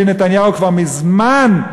ביבי נתניהו כבר מזמן,